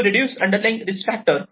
reduce underlying risk factor